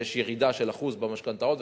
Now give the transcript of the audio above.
שיש ירידה של 1% במשכנתאות,